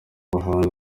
bahanzi